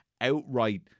outright